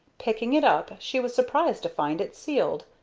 picking it up, she was surprised to find it sealed,